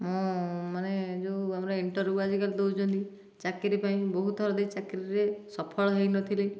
ମୁଁ ମାନେ ଯେଉଁ ଆମର ଇଣ୍ଟରଭିଉ ଆଜିକାଲି ଦେଉଛନ୍ତି ଚାକିରି ପାଇଁ ବହୁତ ଥର ଦେଇଛି ଚାକିରିରେ ସଫଳ ହୋଇନଥିଲି